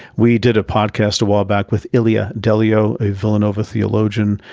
we did a podcast a while back with ilia delio, a villanova theologian,